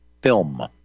Film